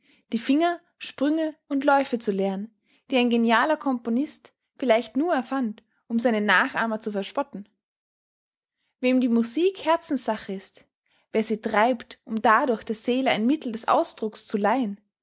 die finger sprünge und läufe zu lehren die ein genialer componist vielleicht nur erfand um seine nachahmer zu verspotten wem die musik herzenssache ist wer sie treibt um dadurch der seele ein mittel des ausdrucks zu leihen